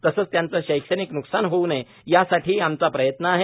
तसंच त्यांचं शैक्षणिक न्कसान होऊ नये यासाठीही आमचा प्रयत्न आहे